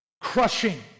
crushing